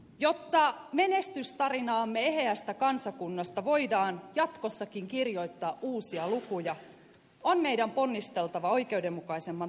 jotta menestystarinaamme eheästä kansakunnasta voidaan jatkossakin kirjoittaa uusia lukuja on meidän ponnisteltava oikeudenmukaisemman tulevaisuuden puolesta